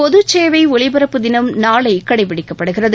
பொதுச்சேவை ஒலிபரப்பு தினம் நாளை கடைபிடிக்கப்படுகிறது